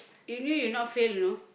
you knew you not fail you know